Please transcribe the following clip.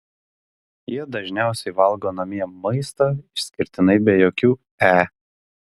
jie dažniausiai valgo namie maistą išskirtinai be jokių e